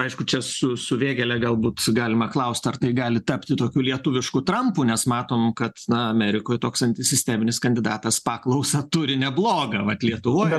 aišku čia su su vėgėle galbūt galima klausti ar tai gali tapti tokiu lietuvišku trampu nes matom kad na amerikoj toks antisisteminis kandidatas paklausą turi neblogą vat lietuvoj